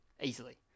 Easily